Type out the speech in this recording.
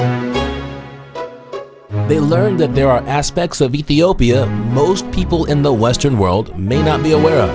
that they learned that there are aspects of ethiopia most people in the western world may not be aware of